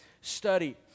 study